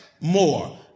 more